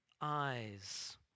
eyes